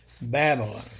Babylon